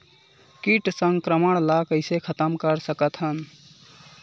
कीट संक्रमण ला कइसे खतम कर सकथन?